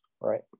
right